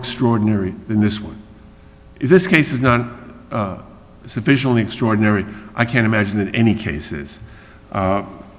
extraordinary than this one this case is not sufficiently extraordinary i can't imagine any cases